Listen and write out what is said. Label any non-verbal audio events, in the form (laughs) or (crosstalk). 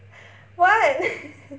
what (laughs)